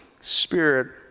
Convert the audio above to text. spirit